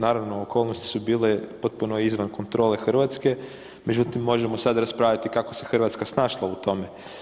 Naravno okolnosti su bile potpuno izvan kontrole Hrvatske, međutim možemo sada raspravljati kako se Hrvatska snašla u tome.